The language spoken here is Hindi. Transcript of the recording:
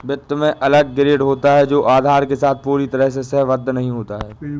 वित्त में अलग ग्रेड होता है जो आधार के साथ पूरी तरह से सहसंबद्ध नहीं होता है